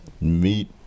meat